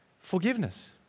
forgiveness